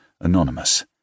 anonymous